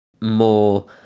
more